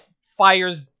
fires